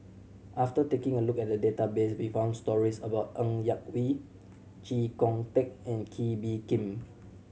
after taking a look at the database we found stories about Ng Yak Whee Chee Kong Tet and Kee Bee Khim